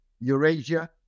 Eurasia